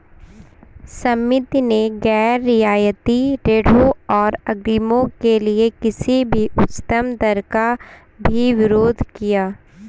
समिति ने गैर रियायती ऋणों और अग्रिमों के लिए किसी भी उच्चतम दर का भी विरोध किया